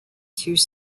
through